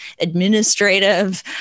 administrative